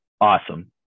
Awesome